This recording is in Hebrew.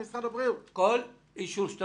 זה לא בגלל שאני